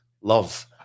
love